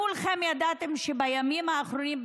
כולכם ידעתם שבימים האחרונים,